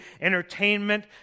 entertainment